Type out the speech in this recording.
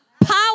power